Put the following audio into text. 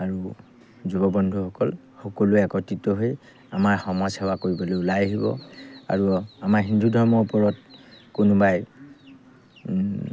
আৰু যুৱ বন্ধুসকল সকলোৱে একত্ৰিত হৈ আমাৰ সমাজসেৱা কৰিবলৈ ওলাই আহিব আৰু আমাৰ হিন্দু ধৰ্মৰ ওপৰত কোনোবাই